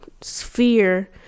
sphere